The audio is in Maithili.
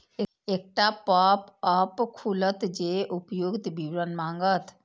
एकटा पॉपअप खुलत जे उपर्युक्त विवरण मांगत